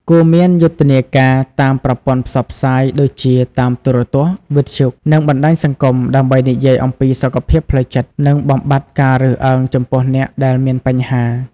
គួរមានយុទ្ធនាការតាមប្រព័ន្ធផ្សព្វផ្សាយដូចជា តាមទូរទស្សន៍ វិទ្យុ និងបណ្ដាញសង្គម ដើម្បីនិយាយអំពីសុខភាពផ្លូវចិត្ត និងបំបាត់ការរើសអើងចំពោះអ្នកដែលមានបញ្ហា។